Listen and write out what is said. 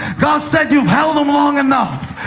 god said, you've held them long enough.